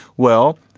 well,